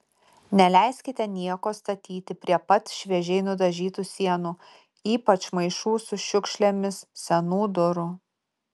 neleiskite nieko statyti prie pat šviežiai nudažytų sienų ypač maišų su šiukšlėmis senų durų